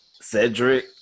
Cedric